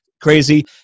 crazy